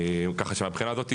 ככה שהמבחינה הזאת,